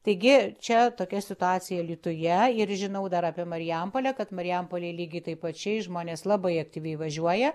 taigi čia tokia situacija alytuje ir žinau dar apie marijampolę kad marijampolėj lygiai taip pačiai žmonės labai aktyviai važiuoja